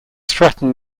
threatened